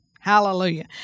Hallelujah